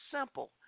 simple